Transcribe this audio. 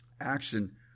action